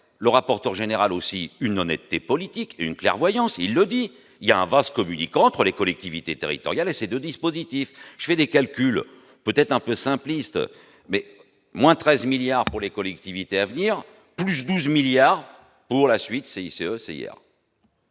le rapporteur général aussi une honnêteté politique une clairvoyance, il le dit, il y a un vase communicant entre les collectivités territoriales et ces 2 dispositifs je des calculs peut-être un peu simpliste mais moins 13 milliards pour les collectivités à venir, plus 12 milliards pour la suite CICE CIR.